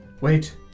Wait